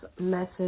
message